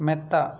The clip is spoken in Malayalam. മെത്ത